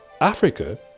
Africa